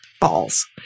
balls